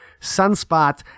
Sunspot